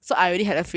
(uh huh) uh